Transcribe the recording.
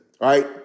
right